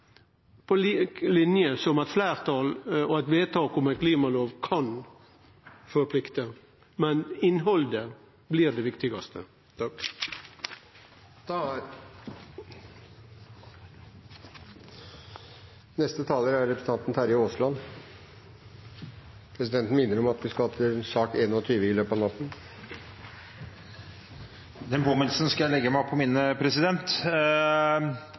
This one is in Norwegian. på lik linje med at eit fleirtal og eit vedtak om ei klimalov kan forplikte, men innhaldet blir det viktigaste. Neste taler er representanten Terje Aasland. Presidenten minner om at vi skal til sak nr. 21 i løpet av natten. Den påminnelsen skal jeg legge meg på minne, president.